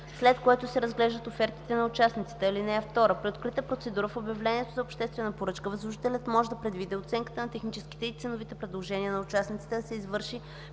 след което се разглеждат офертите на участниците. (2) При открита процедура в обявлението за обществена поръчка възложителят може да предвиди оценката на техническите и ценовите предложения на участниците да се извърши